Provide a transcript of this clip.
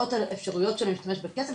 ויודעות על האפשרויות של להשתמש בכסף.